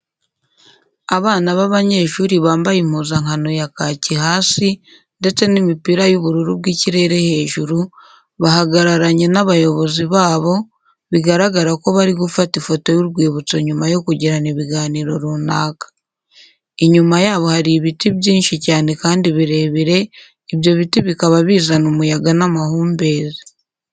Abana b'abanyeshuri bambaye impuzankano ya kaki hasi ndetse n'imipira y'ubururu bw'ikirere hejuru, bahagararanye n'abayobozi babo, bigaragara ko bari gufata ifoto y'urwibutso nyuma yo kugirana ibiganiro runaka. Inyuma yabo hari ibiti byinshi cyane kandi birebire, ibyo biti bikaba bizana umuyaga n'amahumbezi.